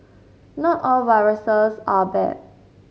not all viruses are bad